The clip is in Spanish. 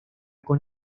con